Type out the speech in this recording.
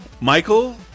Michael